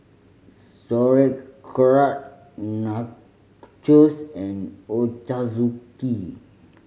Sauerkraut Nachos and Ochazuke